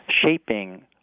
shaping